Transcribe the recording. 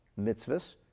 mitzvahs